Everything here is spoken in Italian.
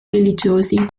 religiosi